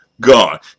God